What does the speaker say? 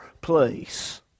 place